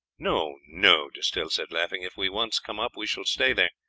no, no, d'estelle said laughing if we once come up we shall stay there.